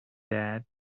that